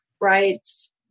rights